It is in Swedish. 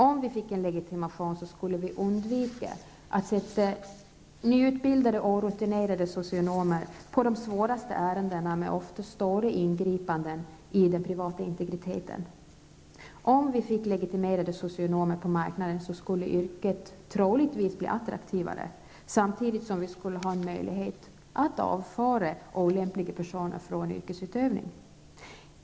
Om de fick legitimation skulle man undvika att sätta nyutbildade, orutinerade socionomer på de svåraste ärendena, som ofta innebär stora ingripanden i den privata integriteten. Om vi fick legitimerade socionomer på marknaden skulle yrket troligtvis bli attraktivare, samtidigt som det skulle finnas möjlighet att avföra olämpliga personer från yrkesutövande.